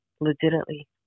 legitimately